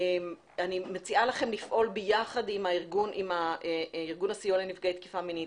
אני מציעה לכם לפעול ביחד עם ארגון הסיוע לנפגעי תקיפה מינית,